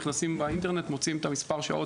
נכנסים לאינטרנט ומוצאים את מספר השעות.